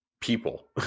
people